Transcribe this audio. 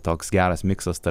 toks geras mikas tarp